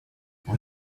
what